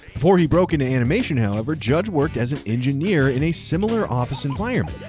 before he broke into animation, however, judge worked as a engineer in a similar office environment.